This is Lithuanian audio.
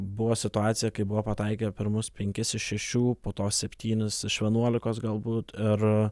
buvo situacija kai buvo pataikę pirmus penkis iš šešių po to septynis iš vienuolikos galbūt ir